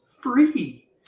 free